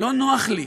לא נוח לי,